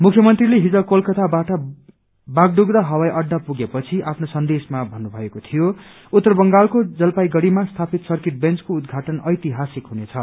मुख्यमन्त्रीले हिज कलकताबाट बागडुग्रा हवाई हड्डा पुगे पछि आफ्नो सन्देशमा भन्नुमएको थियो उत्तर बंगालको जलपाइगढ़ीमा स्थापित सर्किट बेन्चको उद्घाटन ऐतिहासिक हुनेछ